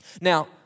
Now